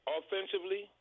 offensively